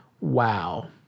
Wow